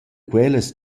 quellas